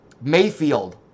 Mayfield